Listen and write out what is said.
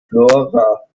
flora